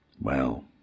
Well